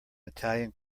italian